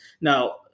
Now